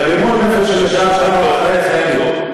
רימון נפל שנשאר שם אחרי החיילים.